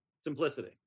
simplicity